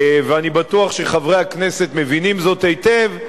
ואני בטוח שחברי הכנסת מבינים זאת היטב,